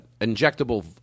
injectable